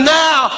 now